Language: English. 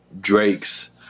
Drake's